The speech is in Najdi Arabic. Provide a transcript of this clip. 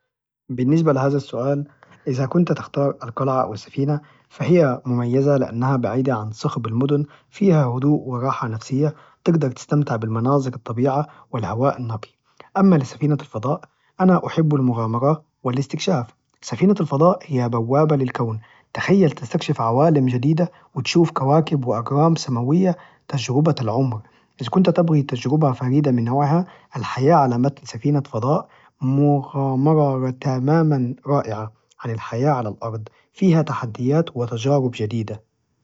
بالنسبة لهذا السؤال، إذا كنت تختار القلعة أوالسفينة فهي مميزة لأنها بعيدة عن صخب المدن فيها هدوء وراحة نفسية تقدر تستمتع بالمناظر الطبيعة والهواء النقي، أما سفينة الفضاء أنا أحب المغامرة والاستكشاف، سفينة الفضاء هي بوابة للكون، تخيل تستكشف عوالم جديدة، وتشوف كواكب، وأجرام سماوية، تجربة العمر، إذا كنت تبغى تجربة فريدة من نوعها الحياة على متن سفينة فضاء مغامرة تماماً رائعة! عن الحياة على الأرض فيها تحديات وتجارب جديدة.